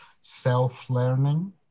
self-learning